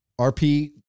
RP